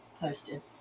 posted